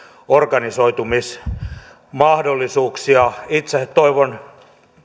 organisoitumismahdollisuuksia itse toivon